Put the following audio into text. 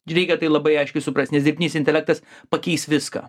reikia tai labai aiškiai suprast nes dirbtinis intelektas pakeis viską